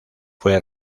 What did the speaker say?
fue